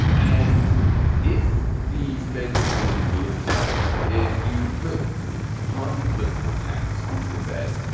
and if the fed becomes politicized, if you put party political hacks onto the fed,